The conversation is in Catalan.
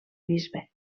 bisbe